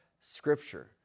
Scripture